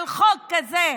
על חוק כזה,